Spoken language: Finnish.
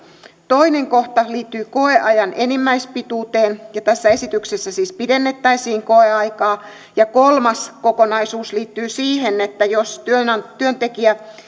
toinen kohta liittyy koeajan enimmäispituuteen ja tässä esityksessä siis pidennettäisiin koeaikaa ja kolmas kokonaisuus liittyy siihen että jos työntekijä